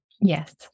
Yes